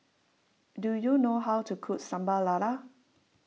do you know how to cook Sambal Lala